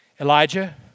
Elijah